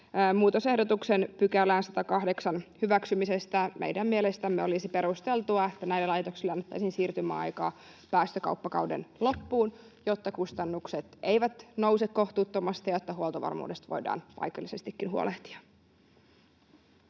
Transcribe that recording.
muutosehdotuksen hyväksymisestä 108 §:ään. Meidän mielestämme olisi perusteltua, että näille laitoksille annettaisiin siirtymäaikaa päästökauppakauden loppuun, jotta kustannukset eivät nouse kohtuuttomasti ja jotta huoltovarmuudesta voidaan paikallisestikin huolehtia.